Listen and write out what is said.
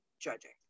judging